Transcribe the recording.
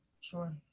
Sure